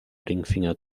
ringfinger